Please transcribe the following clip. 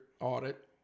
audit